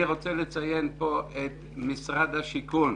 אני רוצה לציין את משרד השיכון,